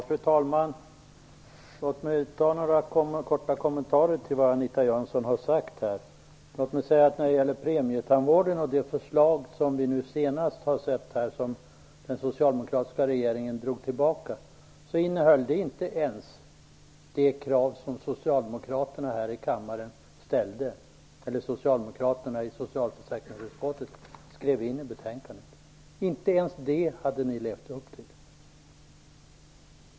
Fru talman! Låt mig göra några korta kommentarer till vad Anita Jönsson här har sagt. När det gäller premietandvården och det förslag som vi senast har sett här, och som den socialdemokratiska regeringen drog tillbaka, innehöll det inte ens det krav som socialdemokraterna i socialförsäkringsutskottet skrev in i betänkandet. Inte ens det hade ni levt upp till.